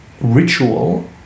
ritual